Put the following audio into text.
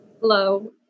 Hello